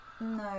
No